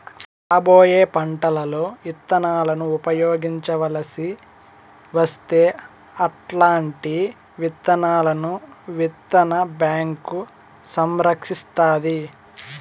రాబోయే పంటలలో ఇత్తనాలను ఉపయోగించవలసి వస్తే అల్లాంటి విత్తనాలను విత్తన బ్యాంకు సంరక్షిస్తాది